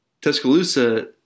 Tuscaloosa